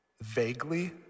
vaguely